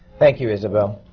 thank you, isabelle.